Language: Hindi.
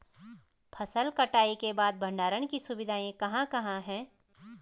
फसल कटाई के बाद भंडारण की सुविधाएं कहाँ कहाँ हैं?